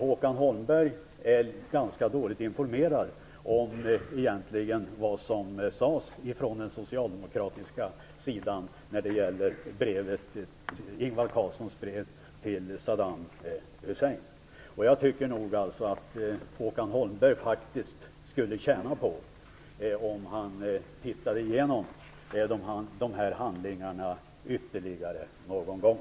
Håkan Holmberg är alltså egentligen ganska dåligt informerad om vad som sades från den socialdemokratiska sidan när det gäller Ingvar Carlssons brev till Saddam Hussein. Jag tycker faktiskt att Håkan Holmberg skulle tjäna på att se igenom de berörda handlingarna ytterligare någon gång.